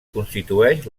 constitueix